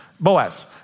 Boaz